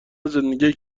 زندگی